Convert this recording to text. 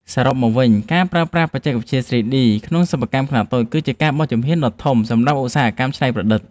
សរុបមកវិញការប្រើប្រាស់បច្ចេកវិទ្យា 3D ក្នុងសិប្បកម្មខ្នាតតូច គឺជាការបោះជំហានដ៏ធំមួយសម្រាប់ឧស្សាហកម្មច្នៃប្រឌិត។